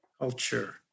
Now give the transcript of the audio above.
culture